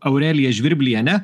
aurelija žvirbliene